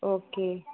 okay